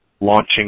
Launching